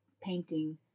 painting